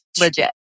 legit